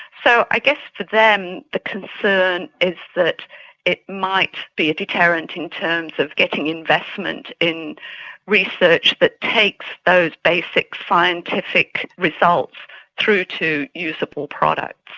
so i guess for them the concern is that it might be a deterrent in terms of getting investment in research that takes those basic scientific results through to usable products.